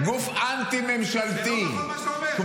זה לא נכון מה שאתה אומר.